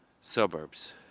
suburbs